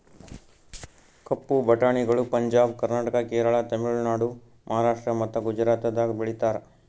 ಕಪ್ಪು ಬಟಾಣಿಗಳು ಪಂಜಾಬ್, ಕರ್ನಾಟಕ, ಕೇರಳ, ತಮಿಳುನಾಡು, ಮಹಾರಾಷ್ಟ್ರ ಮತ್ತ ಗುಜರಾತದಾಗ್ ಬೆಳೀತಾರ